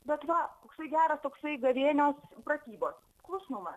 bet va toksai geras toksai gavėnios pratybos klusnumas